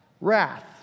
wrath